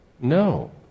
No